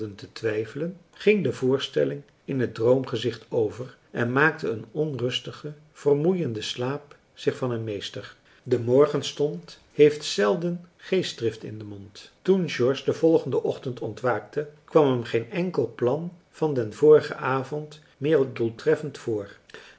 te twijfelen ging de voorstelling in het droomgezicht over en maakte een onrustige vermoeiende slaap zich van hem meester de morgenstond heeft zelden geestdrift in den mond toen george den volgenden ochtend ontwaakte kwam hem geen enkel plan van den vorigen avond meer doeltreffend voor